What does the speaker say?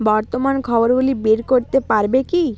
বর্তমান খবরগুলি বের করতে পারবে কি